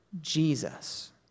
Jesus